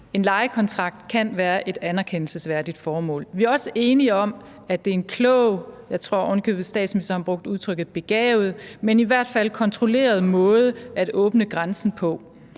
en lejekontrakt kan være et anerkendelsesværdigt formål. Vi er også enige om, at det er en klog, jeg tror ovenikøbet, statsministeren brugte udtrykket begavet, men i hvert fald kontrolleret måde at åbne grænsen på.